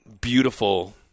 beautiful